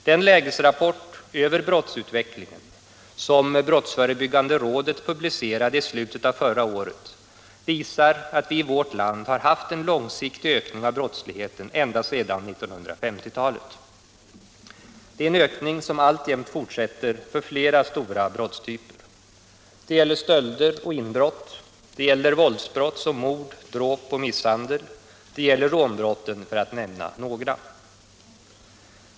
Den lägesrapport över brottsutvecklingen som brottsförebyggande rådet publicerade i slutet av förra året visar att vi i vårt land har haft en långsiktig ökning av brottsligheten ända sedan 1950-talet. Det är en ökning som alltjämt fortsätter för flera stora brottstyper. Det gäller stölder och inbrott, det gäller våldsbrott som mord, dråp och misshandel, det gäller rånbrotten för att nämna några.